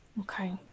Okay